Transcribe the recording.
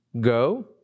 go